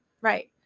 Right